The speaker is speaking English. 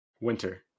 Winter